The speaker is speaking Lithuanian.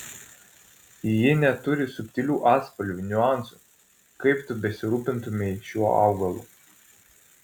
ji neturi subtilių atspalvių niuansų kaip tu besirūpintumei šiuo augalu